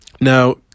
Now